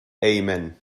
amen